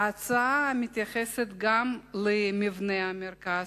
ההצעה מתייחסת גם למבנה המרכז,